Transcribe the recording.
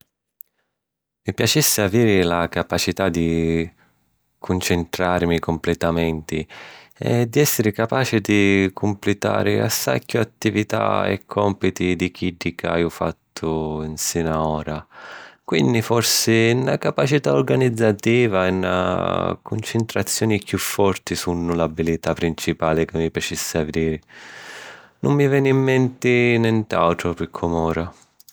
Mi piacissi aviri la capacità di cuncintràrimi completamenti e di èssiri capaci di cumplitari assai chiù attività e còmpiti di chiddi ca haiu fattu nsina ora. Quinni, forsi, na capacità organizzativa e na cuncintrazioni chiù forti sunnu l’abilità principali ca mi piacissi aviri. Nun mi veni in menti nent'àutru pi com'ora.